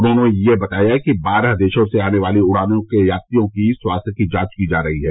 उन्होंने यह बताया कि बारह देशों से आने वाली उडानों के यात्रियों की स्वास्थ्य जांच की जा रही है